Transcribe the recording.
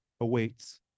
awaits